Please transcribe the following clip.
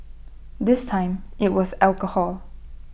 this time IT was alcohol